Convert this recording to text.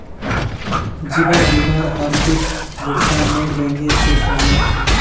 जीवन बीमार आवधिक भुग्तान नेट बैंकिंग से संभव छे?